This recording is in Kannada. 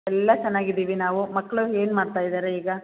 ಎಲ್ಲ ಚೆನ್ನಾಗಿದ್ದೀವಿ ನಾವು ಮಕ್ಳು ಏನ್ಮಾಡ್ತಾಯಿದ್ದಾರೆ ಈಗ